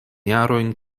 jarojn